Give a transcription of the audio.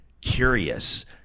curious